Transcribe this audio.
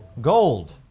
gold